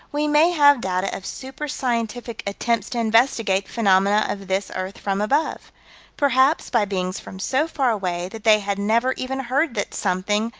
we may have data of super-scientific attempts to investigate phenomena of this earth from above perhaps by beings from so far away that they had never even heard that something,